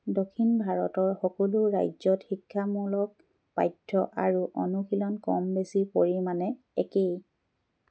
দক্ষিণ ভাৰতৰ সকলো ৰাজ্যত শিক্ষামূলক পাঠ্য আৰু অনুশীলন কম বেছি পৰিমাণে একেই